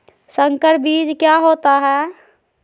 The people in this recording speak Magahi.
संकर बीज क्या होता है?